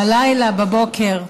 בלילה, בבוקר.